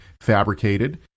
fabricated